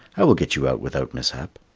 i will get you out without mishap.